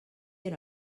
era